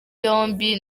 yombi